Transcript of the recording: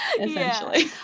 Essentially